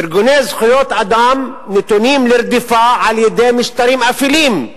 ארגוני זכויות אדם נתונים לרדיפה במשטרים אפלים.